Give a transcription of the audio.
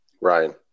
Ryan